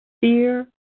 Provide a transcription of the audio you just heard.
fear